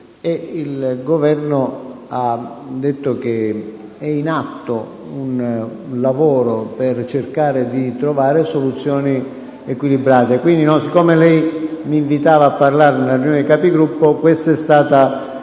il Governo ha detto che ein atto un lavoro per cercare di trovare soluzioni equilibrate. Siccome lei mi invitava a parlarne nella riunione dei Capigruppo, la informo